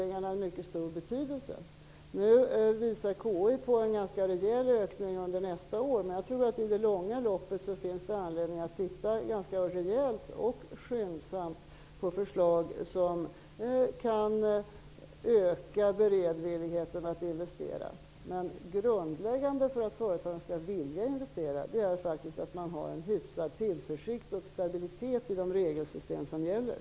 Nu visar KI på en ganska rejäl ökning under nästa år, men jag tror att det i det långa loppet finns anledning att titta ganska ordentligt och skyndsamt på föreslag som kan öka beredvilligheten att investera. Men det grundläggande för att företagen skall vilja investera är att man har en hyfsad tillförsikt och stabilitet i de regelsystem som gäller.